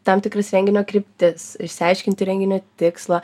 tam tikrus renginio kryptis išsiaiškinti renginio tikslą